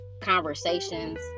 conversations